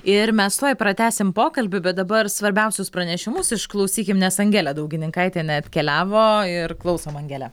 ir mes tuoj pratęsim pokalbį bet dabar svarbiausius pranešimus išklausykim nes angelė daugininkaitienė atkeliavo ir klausom angele